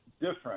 different